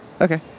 Okay